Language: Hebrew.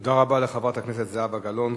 תודה רבה לחברת הכנסת זהבה גלאון.